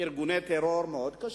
ארגוני טרור מאוד קשים,